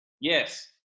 Yes